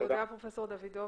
תודה פרופ' דוידוביץ',